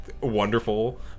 wonderful